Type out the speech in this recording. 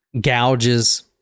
Gouges